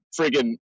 friggin